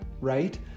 right